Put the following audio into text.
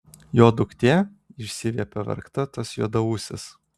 jo duktė išsiviepė verkta tas juodaūsis